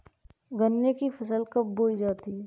गन्ने की फसल कब बोई जाती है?